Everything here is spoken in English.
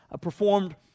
performed